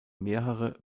mehrere